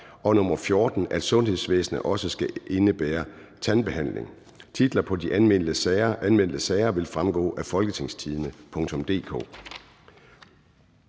om, at sundhedsvæsenet også skal indebære tandbehandling (borgerforslag)). Titler på de anmeldte sager vil fremgå af www.folketingstidende.dk